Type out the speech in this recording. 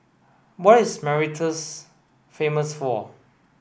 what is Mauritius famous for